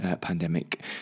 pandemic